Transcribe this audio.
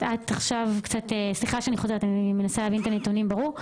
את הנתונים ברור: